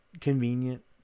convenient